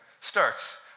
starts